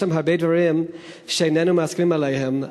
יש שם הרבה דברים שאיננו מסכימים עליהם,